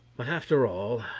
but after all,